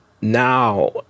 Now